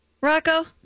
Rocco